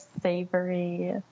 savory